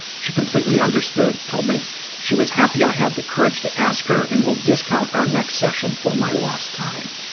she completely understood told me she was happy i had the courage to ask her and will discount our next session for my lost time.